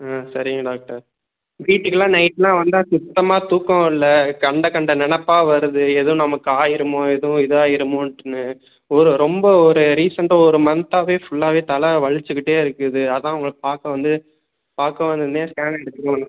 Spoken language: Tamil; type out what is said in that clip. ஆ சரிங்க டாக்டர் வீட்டுக்குலாம் நைட்லாம் வந்தால் சுத்தமா தூக்கம் வரல கண்ட கண்ட நினப்பா வருது எதுவும் நமக்கு ஆகிருமோ எதுவும் இதாயிருமோன்ட்டுனு ஒரு ரொம்ப ஒரு ரீசன்ட்டாக ஒரு மன்த்தாகவே ஃபுல்லாவே தலை வலிச்சுக்கிட்டே இருக்குது அதான் உங்களை பார்க்க வந்து பார்க்க வந்துருந்தேன் ஸ்கேன் எடுத்துகிட்டு போ